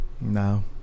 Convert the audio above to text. no